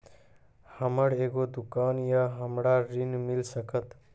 हमर एगो दुकान या हमरा ऋण मिल सकत?